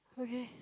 okay